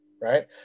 right